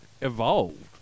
evolved